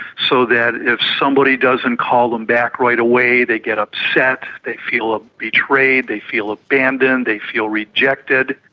so that if somebody doesn't call them back right away they get upset, they feel ah betrayed, they feel abandoned, they feel rejected.